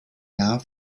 jahr